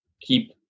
keep